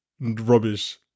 rubbish